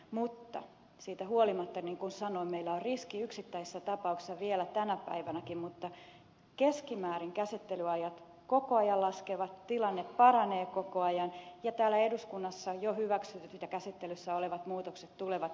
mutta siitä huolimatta niin kuin sanoin meillä on riski yksittäisissä tapauksissa vielä tänä päivänäkin mutta keskimäärin käsittelyajat koko ajan laskevat tilanne paranee koko ajan ja täällä eduskunnassa jo hyväksytyt ja käsittelyssä olevat muutokset tulevat helpottamaan asioita